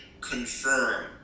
confirm